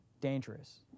Dangerous